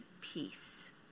peace